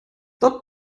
dort